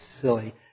silly